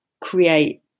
create